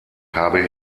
habe